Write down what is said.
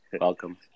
Welcome